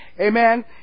amen